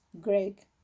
Greg